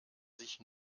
sich